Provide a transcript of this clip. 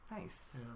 nice